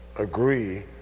agree